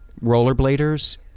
rollerbladers